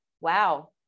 wow